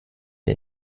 wir